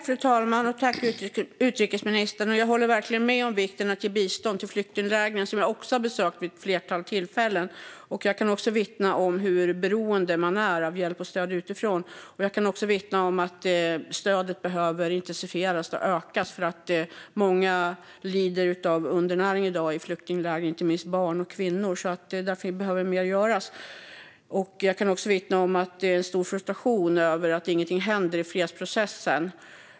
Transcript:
Fru talman! Jag håller verkligen med om vikten av att ge bistånd till flyktinglägren, som jag också har besökt vid ett flertal tillfällen. Jag kan vittna om hur beroende man är av hjälp och stöd utifrån och att stödet behöver ökas, för många lider av undernäring i dag i flyktinglägren, inte minst barn och kvinnor. Därför behöver mer göras. Jag kan också vittna om att det är en stor frustration över att ingenting händer i fredsprocessen.